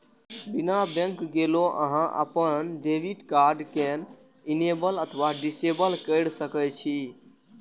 बिना बैंक गेलो अहां अपन डेबिट कार्ड कें इनेबल अथवा डिसेबल कैर सकै छी